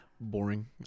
Boring